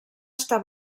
està